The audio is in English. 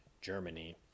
Germany